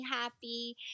happy